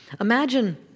Imagine